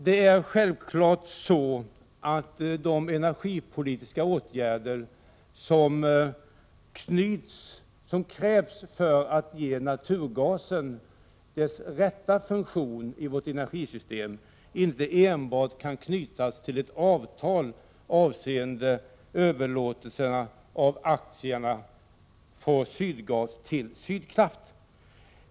Det är självfallet så att de energipolitiska åtgärder som krävs för att ge naturgasen dess rätta funktion i vårt energisystem inte enbart kan knytas till ett avtal rörande överlåtelser av aktierna från Sydgas till Sydkraft.